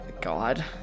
God